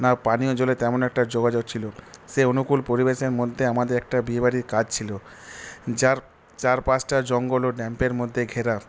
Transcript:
না পানীয় জলের তেমন একটা যোগাযোগ ছিল সেই অনুকূল পরিবেশের মধ্যে আমাদের একটা বিয়েবাড়ির কাজ ছিল যার চারপাশটা জঙ্গল ও ড্যামের মধ্যে ঘেরা